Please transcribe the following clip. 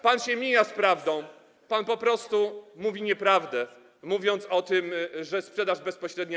Pan się mija z prawdą, pan po prostu mówi nieprawdę, mówiąc o tym, że sprzedaż nie była bezpośrednia.